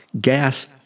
gas